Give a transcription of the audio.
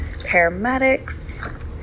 paramedics